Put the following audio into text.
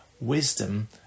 wisdom